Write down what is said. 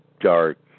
dark